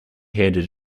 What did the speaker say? handed